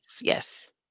Yes